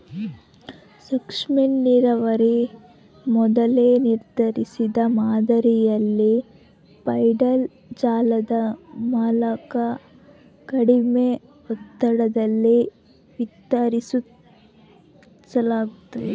ಸೂಕ್ಷ್ಮನೀರಾವರಿ ಮೊದಲೇ ನಿರ್ಧರಿಸಿದ ಮಾದರಿಯಲ್ಲಿ ಪೈಪ್ಡ್ ಜಾಲದ ಮೂಲಕ ಕಡಿಮೆ ಒತ್ತಡದಲ್ಲಿ ವಿತರಿಸಲಾಗ್ತತೆ